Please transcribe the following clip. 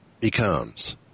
becomes